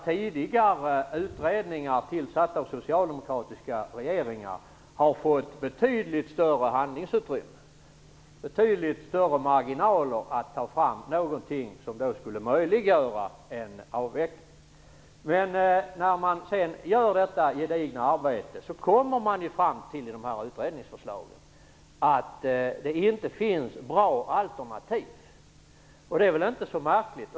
Tidigare utredningar tillsatta av socialdemokratiska regeringar har fått betydligt större handlingsutrymme och marginaler att ta fram något som kan möjliggöra en avveckling. Men sedan dessa gedigna utredningar har genomförts har man kommit fram till att det inte finns bra alternativ. Det är väl inte så märkligt?